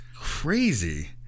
crazy